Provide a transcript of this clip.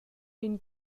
vegn